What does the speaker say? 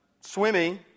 swimming